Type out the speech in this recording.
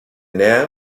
nähe